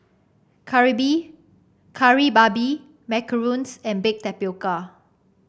kari Kari Babi macarons and Baked Tapioca